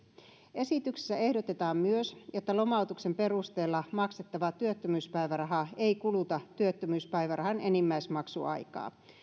esityksessä ehdotetaan myös että lomautuksen perusteella maksettava työttömyyspäiväraha ei kuluta työttömyyspäivärahan enimmäismaksuaikaa